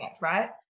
right